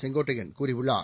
செங்கோட்டையன் கூறியுள்ளார்